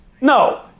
No